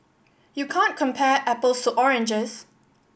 you can't compare apples to oranges